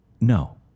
No